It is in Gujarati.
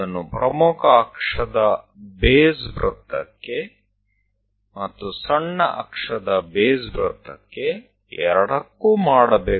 કોઈને તે મુખ્ય અક્ષના વર્તુળ અને ગૌણ અક્ષ વર્તુળ માટે પણ કરવું પડશે